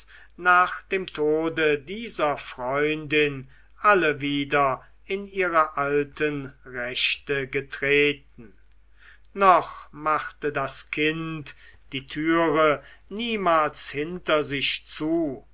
nach dem tode dieser freundin alle wieder in ihre alten rechte getreten noch machte das kind die türe niemals hinter sich zu